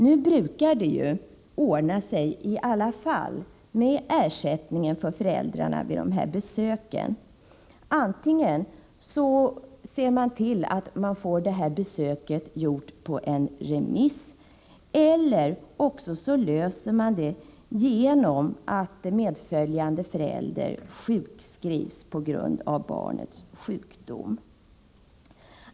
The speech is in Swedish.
Nu brukar det oftast ordna sig i alla fall med ersättningen till föräldrarna vid dessa besök. Antingen sker besöket på remiss eller också löser man problemet genom att sjukskriva medföljande förälder på grund av barnets sjukdom.